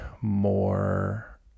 more